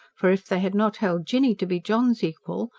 for, if they had not held jinny to be john's equal,